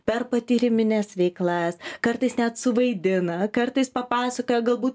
per patyrimines veiklas kartais net suvaidina kartais papasakoja galbūt